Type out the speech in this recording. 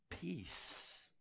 peace